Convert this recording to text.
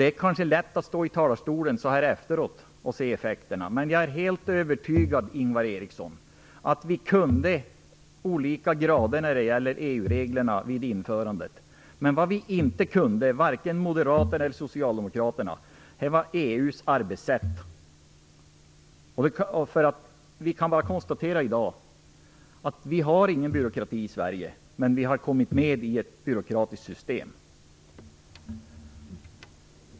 Det är kanske lätt att stå i talarstolen så här efteråt och se effekterna, men jag är helt övertygad om, Ingvar Eriksson, att vi kunde olika grader av EU reglerna vid införandet. Men det vi inte kunde, varken moderater eller vi socialdemokrater, var EU:s arbetssätt. Vi kan bara konstatera i dag att vi inte har någon byråkrati i Sverige, men att vi har kommit med i ett byråkratiskt system.